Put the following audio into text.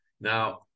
Now